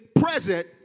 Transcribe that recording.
present